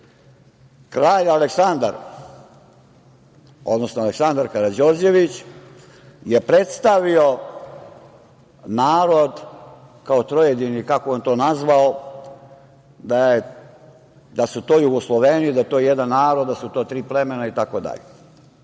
Aleksandar Krađorđević je predstavio narod, kao trojedini, kako je on to nazvao, da su to Jugosloveni, da je to jedan narod, da su to tri plemena itd.